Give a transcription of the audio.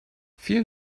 vielen